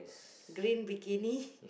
green bikini